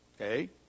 Okay